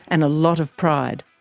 and a lot of pride.